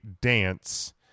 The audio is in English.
dance